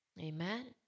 Amen